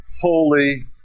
holy